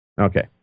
Okay